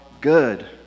good